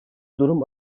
durum